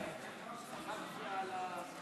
אני פשוט, אתה הצבעת בעמדה לא נכונה.